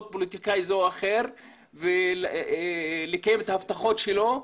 פוליטיקאי זה או אחר ולקיים את ההבטחות שלו,